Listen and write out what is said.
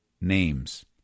names